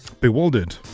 bewildered